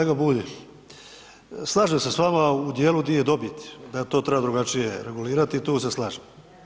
Kolega Bulj, slažem se s vama u dijelu di je dobit, da je to trebalo drugačije regulirati i tu se slažem.